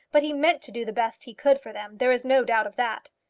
but he meant to do the best he could for them. there's no doubt of that.